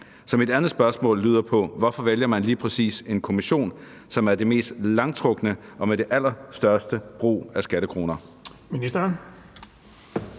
Så mit andet spørgsmål lyder: Hvorfor vælger man lige præcis en kommission, som er det mest langtrukne og har det allerstørste forbrug af skattekroner?